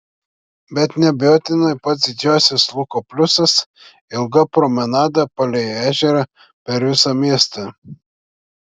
bet neabejotinai pats didžiausias luko pliusas ilga promenada palei ežerą per visą miestą